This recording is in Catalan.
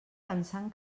pensant